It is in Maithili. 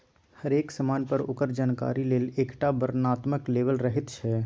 हरेक समान पर ओकर जानकारी लेल एकटा वर्णनात्मक लेबल रहैत छै